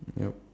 yup